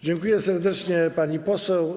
Dziękuję serdecznie, pani poseł.